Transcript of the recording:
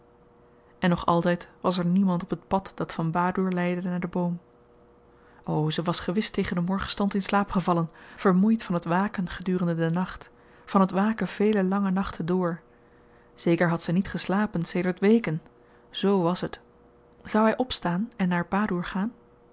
en nog altyd was er niemand op het pad dat van badoer leidde naar den boom o ze was gewis tegen den morgenstond in slaap gevallen vermoeid van t waken gedurende den nacht van t waken vele lange nachten door zeker had ze niet geslapen sedert weken z was het zou hy opstaan en naar